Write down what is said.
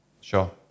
Sure